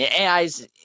AIs